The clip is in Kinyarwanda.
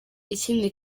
ikindi